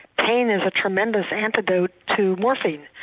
pain is a tremendous antidote to morphine,